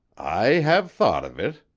i have thought of it.